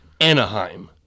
Anaheim